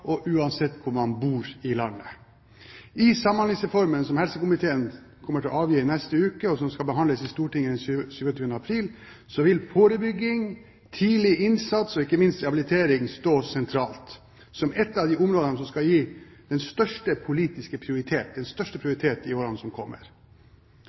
og uansett hvor i landet man bor. I innstillingen til Samhandlingsreformen, som helsekomiteen vil avgi neste uke, og som skal behandles i Stortinget den 27. april, vil forebygging, tidlig innsats, og ikke minst rehabilitering stå sentralt, som et av de områdene som skal gis størst politisk prioritet